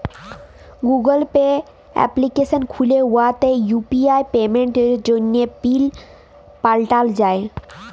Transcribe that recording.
Google Pay application খ্যুলে উয়াতে UPI পেমেল্টের জ্যনহে পিল পাল্টাল যায়